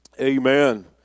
Amen